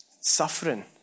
suffering